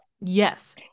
Yes